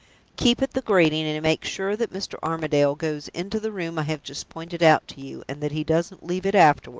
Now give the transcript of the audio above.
keep at the grating, and make sure that mr. armadale goes into the room i have just pointed out to you, and that he doesn't leave it afterward.